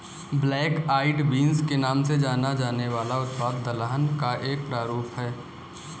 black eyed beans के नाम से जाना जाने वाला उत्पाद दलहन का एक प्रारूप है